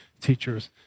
teachers